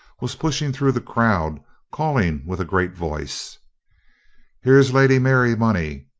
was pushing through the crowd calling with a great voice here's lady mary money.